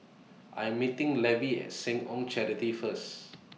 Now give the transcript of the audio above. I'm meeting Levie At Seh Ong Charity First